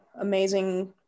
amazing